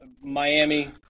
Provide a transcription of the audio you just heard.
Miami